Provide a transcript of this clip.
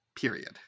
Period